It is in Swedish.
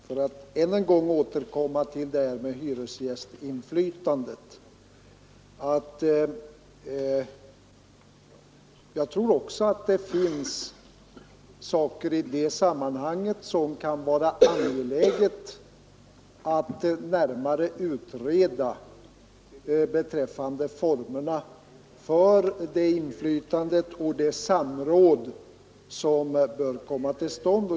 För att ännu en gång återkomma till hyresgästernas inflytande vill jag till inrikesministern säga, att jag också tror att det kan vara angeläget att närmare utreda formerna för det inflytande och det samråd som bör komma till stånd.